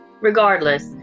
Regardless